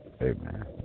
Amen